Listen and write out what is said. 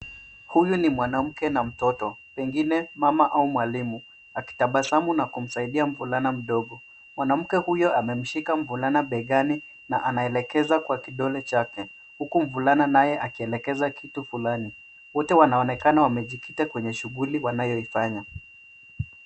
Huyu ni mwanamke na mtoto, pengine mama au mwalimu, akitabasamu na kumsaidia mvulana mdogo. Mwanamke huyo amemshika mvulana begani na anaelekeza kwa kidole chake, huku mvulana naye akielekeza kitu fulani. Wote wanaonekana wamejikita kwenye shughuli wanayoifanya.